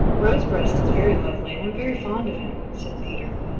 rosebreast is very lovely and i'm very fond of him, said peter.